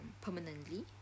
permanently